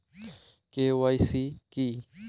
KYC কী?